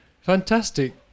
Fantastic